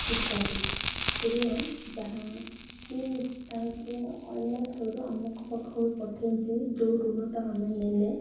ଇତ୍ୟାଦି ଋଣ ଯାହା କିି ତାଙ୍କେ ଅନ୍ୟ ଥ୍ରୁରୁ ଆମକୁ ପାଖକୁ ପଠେଇକି ଯେଉଁ ଋନଟା ଆମେ ନେଲେ